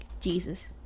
Jesus